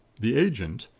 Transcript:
the agent,